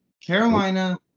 Carolina